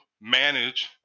manage